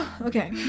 Okay